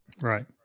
right